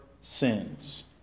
sins